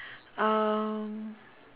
um